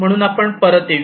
म्हणून आपण परत येऊया